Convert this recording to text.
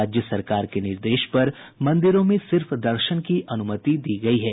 राज्य सरकार के निर्देश पर मंदिरों में सिर्फ दर्शन की अनुमति दी गयी है